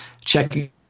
checking